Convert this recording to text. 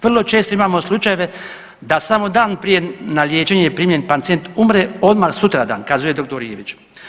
Vrlo često imamo slučajeve da samo dan prije na liječenje primljen pacijent umre odmah sutradan kazuje dr. Ivić.